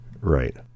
Right